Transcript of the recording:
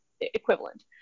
equivalent